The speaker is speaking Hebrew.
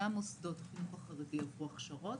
גם מוסדות החינוך החרדי עברו הכשרות.